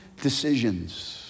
Decisions